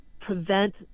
prevent